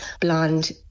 blonde